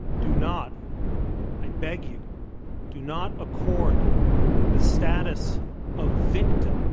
do not i beg you do not accord the status of victim